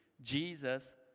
Jesus